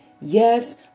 Yes